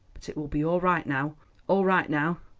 but it will be all right now all right now.